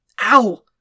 Ow